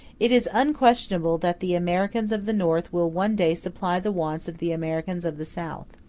it is unquestionable that the americans of the north will one day supply the wants of the americans of the south.